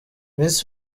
miss